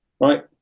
right